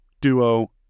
duo